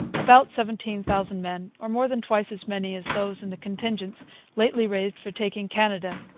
about seventeen thousand men, or more than twice as many as those in the contingents lately raised for taking canada.